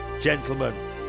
Gentlemen